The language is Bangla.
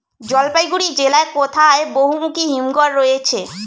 জলপাইগুড়ি জেলায় কোথায় বহুমুখী হিমঘর রয়েছে?